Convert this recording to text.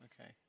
Okay